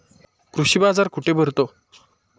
कृषी बाजार कुठे भरतो?